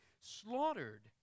slaughtered